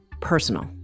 personal